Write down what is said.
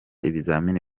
ibizamini